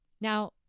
now